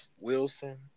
Wilson